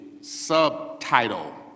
subtitle